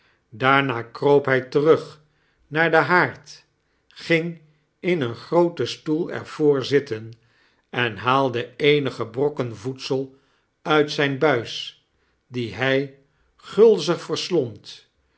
daarna kroop hij terug naar den haard ging in een grooten stoel er voor zitten en haalde eenige brokken voedsel uit zijn buis die hij gulzig verslond